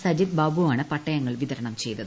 സജിത് ബാബുവാണ് പട്ടയങ്ങൾ വിതരണം ചെയ്തത്